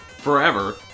forever